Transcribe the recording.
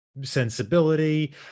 sensibility